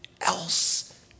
else